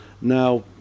now